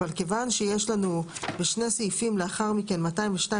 אבל כיוון שיש לנו בשני סעיפים לאחר מכן 202